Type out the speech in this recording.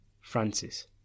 Francis